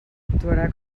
actuarà